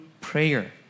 prayer